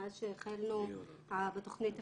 מאז שהתחלנו בתוכנית "אפשריבריא"